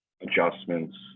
adjustments